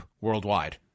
worldwide